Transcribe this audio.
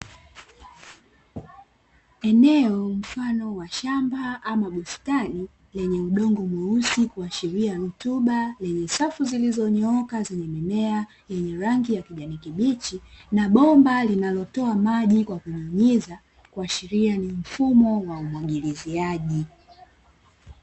Eneo mfano wa shamba ama bustani, lenye udongo mweusi kuashiria rutuba, lenye safu zilizonyooka zenye mimea yenye rangi ya kijani kibichi na bomba linalotoa maji kwa kunyunyiza, kuashiria ni mfumo wa umwagiliziaji.